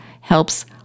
helps